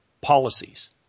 policies